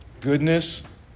Goodness